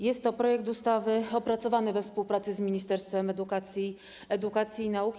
Jest to projekt ustawy opracowany we współpracy z Ministerstwem Edukacji i Nauki.